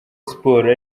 siporo